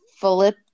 Philip